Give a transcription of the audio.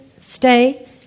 Stay